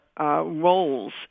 Roles